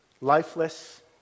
lifeless